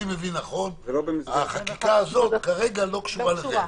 לא 14:00. בסדר,